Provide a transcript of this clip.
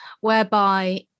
whereby